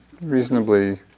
reasonably